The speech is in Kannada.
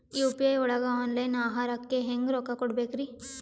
ಯು.ಪಿ.ಐ ಒಳಗ ಆನ್ಲೈನ್ ಆಹಾರಕ್ಕೆ ಹೆಂಗ್ ರೊಕ್ಕ ಕೊಡಬೇಕ್ರಿ?